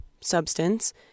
substance